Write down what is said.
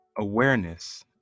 Awareness